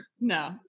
No